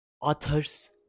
Authors